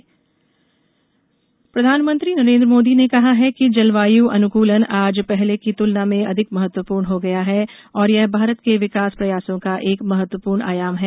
प्रधानमंत्री जलवायु प्रधानमंत्री नरेन्द्र मोदी ने कहा है कि जलवायु अनुकूलन आज पहले की तुलना में अधिक महत्वपूर्ण हो गया है और यह भारत के विकास प्रयासों का एक महत्वपूर्ण आयाम है